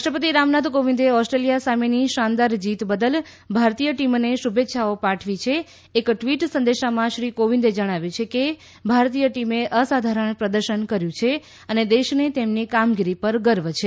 રાષ્ટ્રપતિ રામનાથ કોવિન્દે ઓસ્ટ્રેલીયા સામેની શાનદાર જીત બદલ ભારતીય ટીમને શુભેચ્છાઓ પાઠવી છેએક ટ્વી ટ સંદેશમાં શ્રી કોવિન્દે જણાવ્યું છે કે ભારતીય ટીમે અસાધારણ પ્રદર્શન કર્યું છે અને દેશને તેમની કામગીરી પર ગર્વ છે